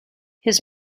his